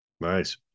nice